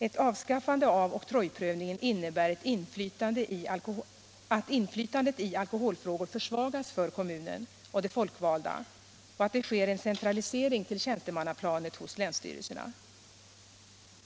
Ett avskaffande av oktrojprövningen innebär att inflytandet i alkoholfrågor försvagas för kommunen och de folkvalda och att det sker en centralisering till tjänstemannaplanet hos länsstyrelserna.